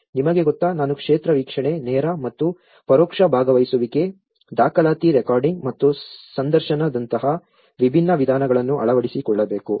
ನಿಮಗೆ ಗೊತ್ತಾ ನಾನು ಕ್ಷೇತ್ರ ವೀಕ್ಷಣೆ ನೇರ ಮತ್ತು ಪರೋಕ್ಷ ಭಾಗವಹಿಸುವಿಕೆ ದಾಖಲಾತಿ ರೆಕಾರ್ಡಿಂಗ್ ಮತ್ತು ಸಂದರ್ಶನದಂತಹ ವಿಭಿನ್ನ ವಿಧಾನಗಳನ್ನು ಅಳವಡಿಸಿಕೊಳ್ಳಬೇಕು